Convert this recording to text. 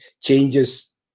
changes